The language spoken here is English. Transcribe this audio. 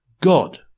God